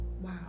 Wow